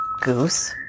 goose